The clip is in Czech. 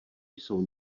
jsou